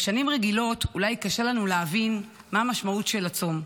בשנים רגילות אולי קשה לנו להבין מה המשמעות של הצום,